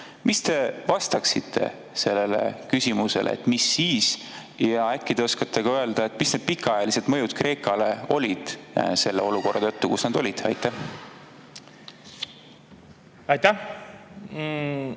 Mis te vastaksite sellele küsimusele, et mis siis? Äkki te oskate ka öelda, mis olid pikaajalised mõjud Kreekale selle olukorra tõttu, kus nad olid? Aitäh! Ma